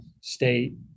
state